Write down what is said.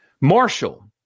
Marshall